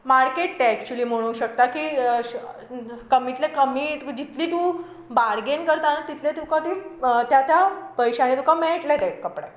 market तें actually म्हणूंक शकता की इतलें कमी जितलें तूं बार्गेन करता न्हू तितलें तुका ती त्या त्या पयश्यांनी तुका मेळटले ते कपडे